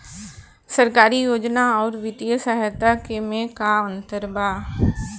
सरकारी योजना आउर वित्तीय सहायता के में का अंतर बा?